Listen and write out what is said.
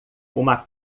uma